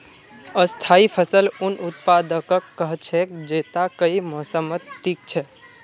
स्थाई फसल उन उत्पादकक कह छेक जैता कई मौसमत टिक छ